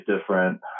different